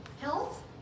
Health